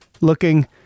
looking